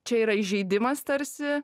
čia yra įžeidimas tarsi